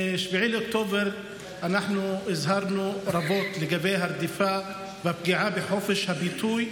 מ-7 באוקטובר אנחנו הזהרנו רבות לגבי הרדיפה והפגיעה בחופש הביטוי,